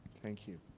thank you.